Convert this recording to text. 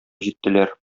җиттеләр